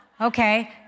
Okay